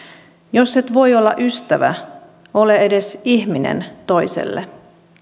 jos et voi olla ystävä ole edes ihminen toiselle